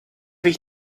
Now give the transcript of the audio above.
ich